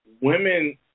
women –